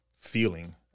feeling